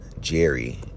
Jerry